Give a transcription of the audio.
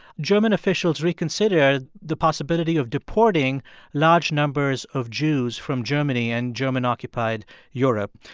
german officials reconsidered the possibility of deporting large numbers of jews from germany and german-occupied europe.